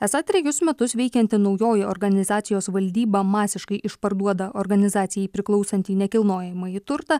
esą trejus metus veikianti naujoji organizacijos valdyba masiškai išparduoda organizacijai priklausantį nekilnojamąjį turtą